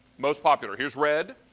most popular here is red.